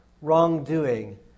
wrongdoing